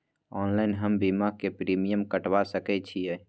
Online हम बीमा के प्रीमियम कटवा सके छिए?